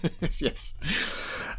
yes